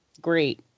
great